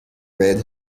red